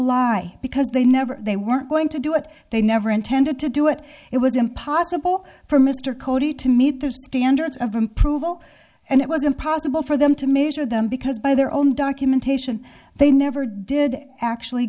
lie because they never they weren't going to do it they never intended to do it it was impossible for mr cody to meet the standards of improve all and it was impossible for them to measure them because by their own documentation they never did actually